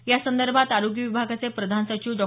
यासंदर्भात आरोग्य विभागाचे प्रधान सचिव डॉ